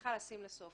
צריכה לשים לה סוף.